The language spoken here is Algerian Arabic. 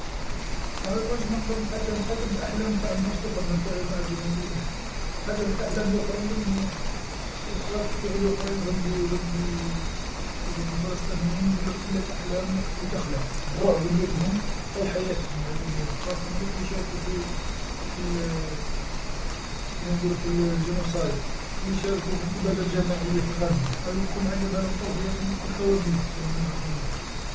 أنا كان جيت نقدر نتحكم نتحكم فأحلام تاع الناس لخر انا تاعي ما عندي ما ندير بها نتحكم في الأحلام لخرى كيعودو أخرين ضدي وضد ضد الفلسطينيين ندير لهم غير الأحلام لتخلع الرعب ندير لهم طول حياتهم نعقب لهم خاصة هادوك لي شاركوا في في كما يقولو في جنسايد اللي شاركوا في الإباده الجماعيه في غزه هاذوك الكل نعقب لهم طول حياتهم كل كوابيس ولا ما يعرفونيش.